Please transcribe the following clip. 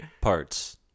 parts